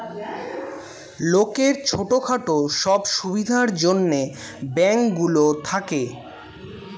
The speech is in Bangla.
লোকের ছোট খাটো সব সুবিধার জন্যে ব্যাঙ্ক গুলো থাকে